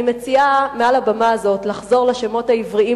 אני מציעה מעל הבימה הזאת לחזור לשמות העבריים